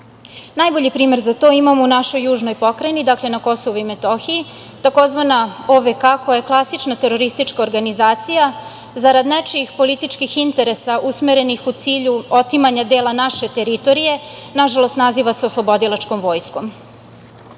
Najbolji primer za to imamo u našoj južnoj Pokrajini, dakle na KiM, tzv. OVK koja je klasična teroristička organizacija, zarad nečijih političkih interesa usmerenih u cilju otimanja dela naše teritorije, nažalost naziva se oslobodilačkom vojskom. Profesor